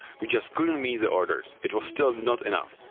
we just couldn't meet the orders, it was still not enough.